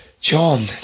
John